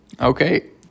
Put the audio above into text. Okay